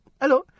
Hello